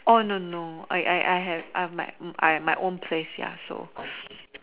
oh no no no I I I have I have my my own place ya so